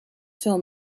fill